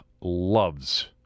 loves